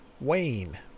Wayne